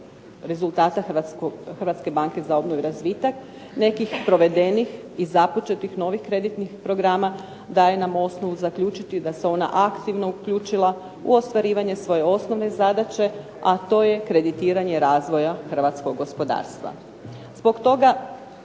rezultata Hrvatske banke za obnovu i razvitak, nekih provedenih i započetih novih kreditnih programa daje nam osnovu zaključiti da se ona aktivno uključila u ostvarivanje svoje osnovne zadaće a to je kreditiranje razvoja Hrvatskog gospodarstva. Zbog toga,